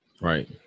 Right